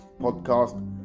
podcast